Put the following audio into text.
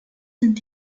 sind